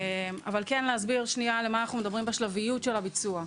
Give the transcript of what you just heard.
אבל כן להסביר על מה אנחנו מדברים בשלביות של הביצוע.